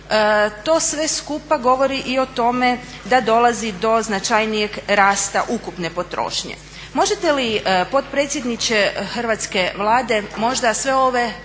To sve skupa govori i o tome da dolazi do značajnijeg rasta ukupne potrošnje. Možete li potpredsjedniče hrvatske Vlade možda sve ove